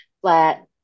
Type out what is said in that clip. flat